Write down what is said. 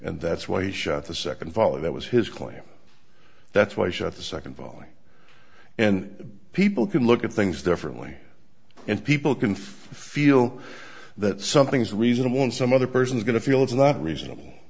and that's why he shot the second volley that was his claim that's why i shot the second volley and people can look at things differently and people can feel that something is reasonable and some other person is going to feel it's not reasonable